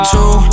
Two